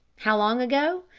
how long ago?